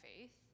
faith